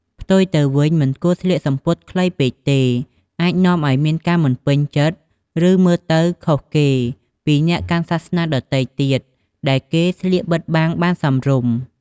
ផ្ទុយទៅវិញមិនគួរស្លៀកសំពត់ខ្លីពេកទេ អាចនាំឱ្យមានការមិនពេញចិត្តឫមើលទៅខុសគេពីអ្នកកាន់សាសនាដទែទៀត ដែលគេស្លៀកបិទបាំងបានសមរម្យ។